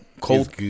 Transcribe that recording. cold